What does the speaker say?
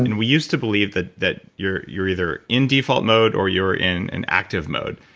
and we used to believe that that you're you're either in default mode or you're in an active mode.